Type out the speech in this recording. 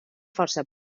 força